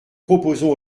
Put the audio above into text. proposons